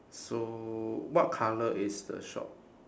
so what colour is the shop